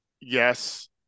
Yes